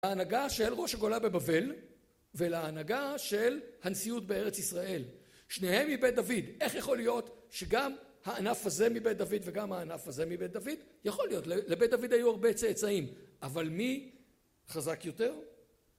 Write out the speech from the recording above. להנהגה של ראש הגולה בבבל, ולהנהגה של הנשיאות בארץ ישראל, שניהם מבית דוד, איך יכול להיות שגם הענף הזה מבית דוד וגם הענף הזה מבית דוד? יכול להיות, לבית דוד היו הרבה צאצאים. אבל מי חזק יותר?